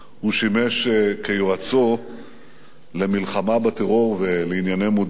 הוא שימש כיועצו למלחמה בטרור ולענייני מודיעין.